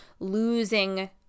losing